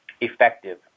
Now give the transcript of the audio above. effective